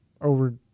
over